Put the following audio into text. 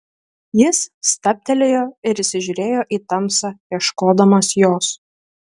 jis stabtelėjo ir įsižiūrėjo į tamsą ieškodamas jos